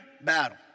battle